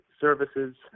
services